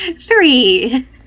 Three